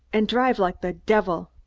and drive like the devil!